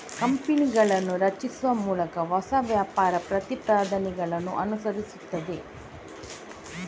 ಕಂಪನಿಗಳನ್ನು ರಚಿಸುವ ಮೂಲಕ ಹೊಸ ವ್ಯಾಪಾರ ಪ್ರತಿಪಾದನೆಗಳನ್ನು ಅನುಸರಿಸುತ್ತದೆ